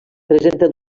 presenta